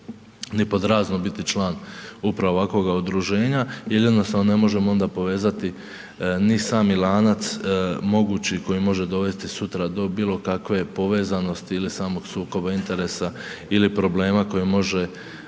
ni pod razno biti član upravo ovakvoga udruženja, jedino što ne možemo onda povezati ni sami lanac mogući koji može dovesti sutra do bilo kakve povezanosti ili samog sukoba interesa ili problema koji može